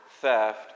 theft